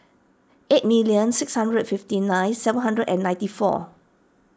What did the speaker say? eight million six hundred fifty nine seven hundred and ninety four